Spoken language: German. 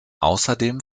außerdem